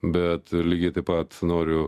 bet lygiai taip pat noriu